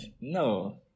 No